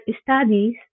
studies